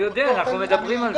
אני יודע, אנחנו מדברים על זה.